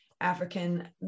African